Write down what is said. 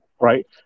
right